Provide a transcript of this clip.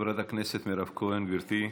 חברת הכנסת מירב כהן, גברתי.